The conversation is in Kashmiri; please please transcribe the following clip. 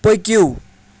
پٔکِو